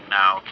now